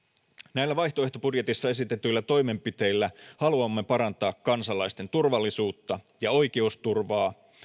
näillä vaihtoehtobudjetissa esitetyillä toimenpiteillä haluamme parantaa kansalaisten turvallisuutta ja oikeusturvaa